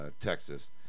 Texas